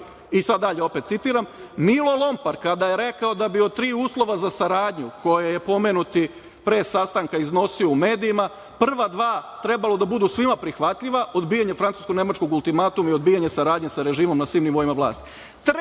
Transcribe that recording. i sada dalje opet citiram – Milo Lompar kada je rekao da bi od tri uslova za saradnju koji je pomenuti pre sastanka iznosio u medijima, prva dva trebalo da budu svima prihvatljiva, odbijanje francusko-nemačkog ultimatuma i odbijanja saradnje sa režimom na svim nivoima vlasti.